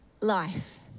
life